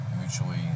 mutually